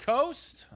Coast